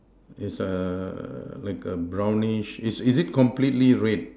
is err like a brownish is is it completely red